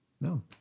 No